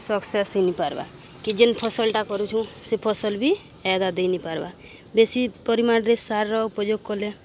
success ହେଇ ନି ପାର୍ବା କି ଯେନ୍ ଫସଲଟା କରୁଛୁଁ ସେ ଫସଲ ବି ଆଦା ଦେଇନି ପାର୍ବା ବେଶୀ ପରିମାଣରେ ସାରର ଉପଯୋଗ କଲେ